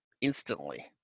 instantly